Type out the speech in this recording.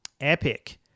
epic